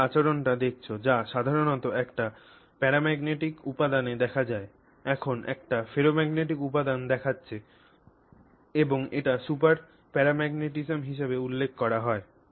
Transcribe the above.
তুমি এই আচরণটি দেখছ যা সাধারণত একটি প্যারাম্যাগনেটিক উপাদানে দেখা যায় এখন একটি ফেরোম্যাগনেটিক উপাদান দেখাচ্ছে এবং এটিকে সুপার প্যারাম্যাগনেটিজম হিসাবে উল্লেখ করা হয়